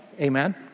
Amen